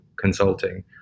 consulting